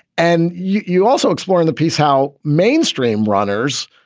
and you also explore in the piece how mainstream runners,